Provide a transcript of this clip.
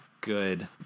good